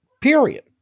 period